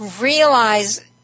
realize